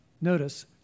notice